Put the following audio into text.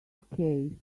okay